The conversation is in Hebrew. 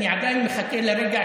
אני עדיין מחכה לרגע,